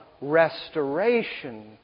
restoration